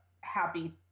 happy